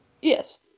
Yes